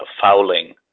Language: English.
fouling